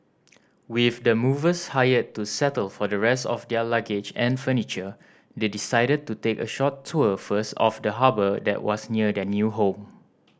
with the movers hired to settle for the rest of their luggage and furniture they decided to take a short tour first of the harbour that was near their new home